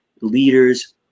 leaders